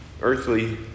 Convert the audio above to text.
earthly